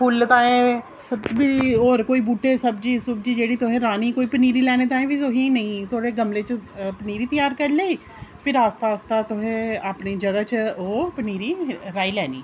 फुल्ल ताएं होर कोई बूह्टे सब्जी सुब्जी जेह्ड़ी तुसें राह्नी कोई पनीरी लैने ताहीं बी तुसेंगी नेईं थुआढ़े गमले च पनीरी त्यार करी लेई फिर आस्तै आस्तै तुसें अपना जगह् च ओह् पनीरी राही लैनी